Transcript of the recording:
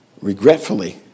regretfully